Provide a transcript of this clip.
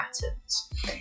patterns